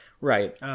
Right